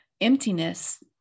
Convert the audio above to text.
emptiness